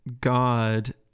God